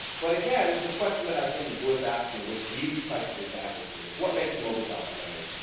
but again, the question that i think is worth asking with these types of examples here is what makes a mobile documentary